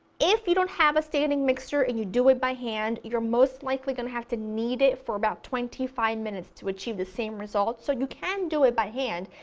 if you don't have a standing mixer and you do it by hand, you're most likely going to have to knead it for about twenty five minutes to achieve the same result, so you can do it by hand,